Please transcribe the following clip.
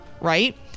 right